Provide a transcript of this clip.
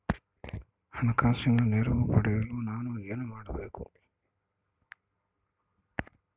ಹಣಕಾಸಿನ ನೆರವು ಪಡೆಯಲು ನಾನು ಏನು ಮಾಡಬೇಕು?